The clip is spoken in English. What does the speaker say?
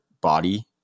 body